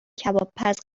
کبابپز